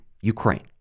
Ukraine